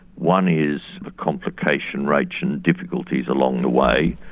one is the complication rates and difficulties along the way.